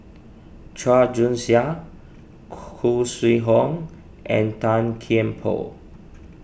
Chua Joon Siang Khoo Sui Hoe and Tan Kian Por